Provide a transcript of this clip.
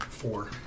Four